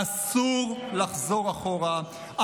אסור לחזור אחורה.